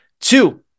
Two